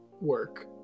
work